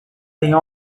tem